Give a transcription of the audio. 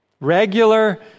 Regular